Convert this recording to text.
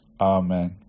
Amen